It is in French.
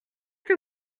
que